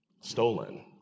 stolen